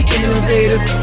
innovative